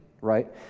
right